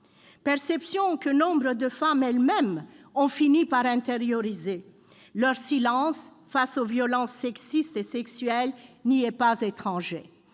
perception que nombre de femmes elles-mêmes ont fini par intérioriser. Leur silence face aux violences sexistes et sexuelles n'est pas étranger